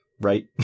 right